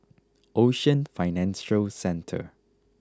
Ocean Financial Centre